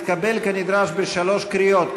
התקבל כנדרש בשלוש קריאות,